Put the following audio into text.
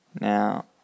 Now